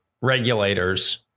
regulators